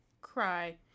Cry